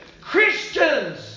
Christians